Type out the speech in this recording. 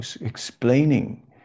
explaining